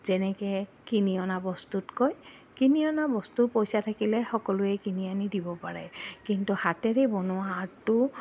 যেনেকে কিনি অনা বস্তুতকৈ কিনি অনা বস্তু পইচা থাকিলে সকলোৱে কিনি আনি দিব পাৰে কিন্তু হাতেৰে বনোৱা আৰ্টটো